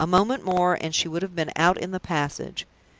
a moment more and she would have been out in the passage.